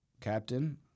captain